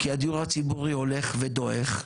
כי הדיור הציבורי הולך ודועך,